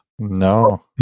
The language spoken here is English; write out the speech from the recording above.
No